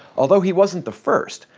although he wasn't the first,